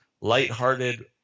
lighthearted